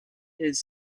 his